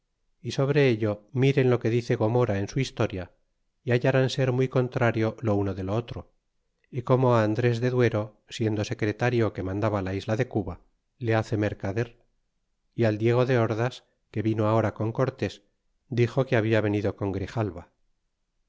y sobre ello miren lo que dice gomora en su historia y hallarán ser muy contrario lo uno de lo otro y como andres de duero siendo secretario que mandaba la isla de cuba le hace mercader y al diego de ordas que vino ahora con cortes dixo que habia venido con grijalva